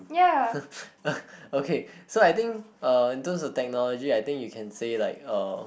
okay so I think uh in terms of technology I think you can say like uh